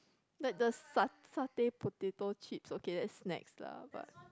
like the sa~ satay potato chips okay that's snacks lah but